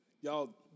Y'all